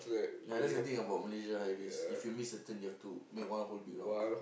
ya that's the thing about Malaysian highways if you miss a turn you have to make one whole big round